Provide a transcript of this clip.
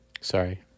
Sorry